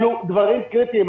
אלו דברים קריטיים.